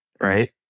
right